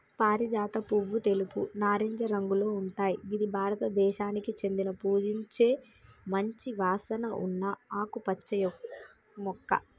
పారిజాత పువ్వు తెలుపు, నారింజ రంగులో ఉంటయ్ గిది భారతదేశానికి చెందిన పూజించే మంచి వాసన ఉన్న ఆకుపచ్చ మొక్క